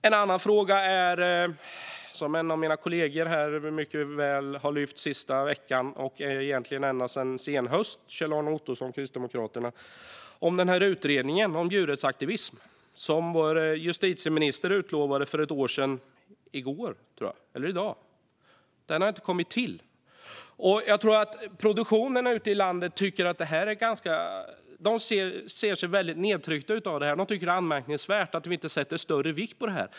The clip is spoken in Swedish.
En annan fråga är, som en av mina kollegor, Kjell-Arne Ottosson från Kristdemokraterna, har lyft upp den sista veckan och egentligen ända sedan senhösten, utredningen om djurrättsaktivism som vår justitieminister utlovade för ett år sedan i går eller om det var i dag. Den har inte blivit av. Produktionerna ute i landet ser sig väldigt nedtryckta av det här och tycker att det är anmärkningsvärt att vi inte lägger större vikt vid det här.